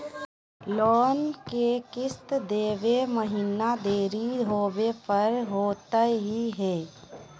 Loan के किस्त देवे महिना देरी होवे पर की होतही हे?